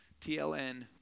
TLN